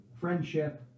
friendship